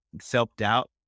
self-doubt